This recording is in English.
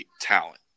talent